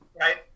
Right